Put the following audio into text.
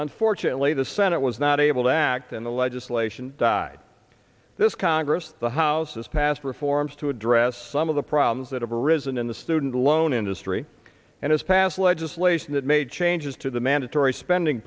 unfortunately the senate was not able to act in the legislation died this congress the house has passed reforms to address some of the problems that have arisen in the student loan industry and as passed legislation that made changes to the mandatory spending